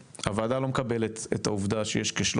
יישום החלטת הממשלה לא נראה לפחות מהנתונים שבידינו שהוא